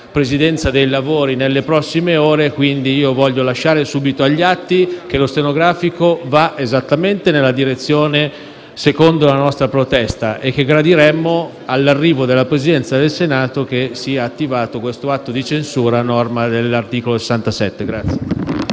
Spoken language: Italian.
presiedere i lavori nelle prossime ore. Quindi, voglio lasciare subito agli atti che il Resoconto stenografico va esattamente nella direzione della nostra protesta e che gradiremmo, all'arrivo del Presidente del Senato, che sia attivato l'atto di censura a norma dell'articolo 67.